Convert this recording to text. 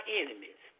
enemies